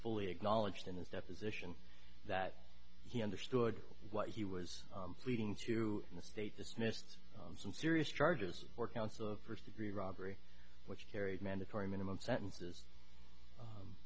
fully acknowledged in his deposition that he understood what he was pleading to the state dismissed some serious charges or counts of first degree robbery which carries mandatory minimum sentences